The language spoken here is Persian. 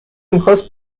میخواست